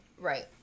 Right